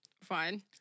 Fine